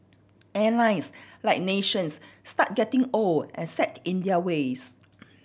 airlines like nations start getting old and set in their ways